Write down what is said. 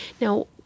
Now